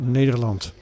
Nederland